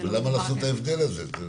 ולמה לעשות את ההבדל הזה?